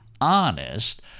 honest